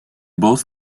both